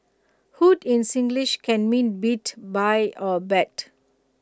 hoot in Singlish can mean beat buy or bet